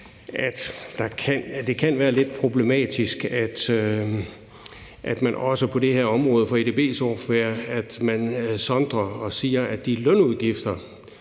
det kan være lidt problematisk, at man også på det her område for edb-software sondrer og siger, at de lønudgifter,